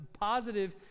positive